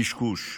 קשקוש,